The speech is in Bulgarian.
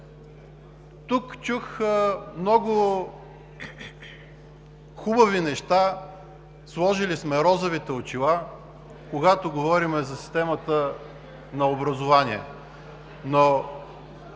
Тук чух много хубави неща, сложили сме розовите очила, когато говорим за системата на образование,